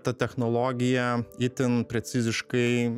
ta technologija itin preciziškai